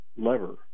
lever